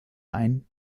ein